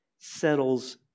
settles